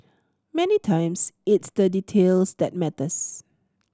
many times it's the details that matters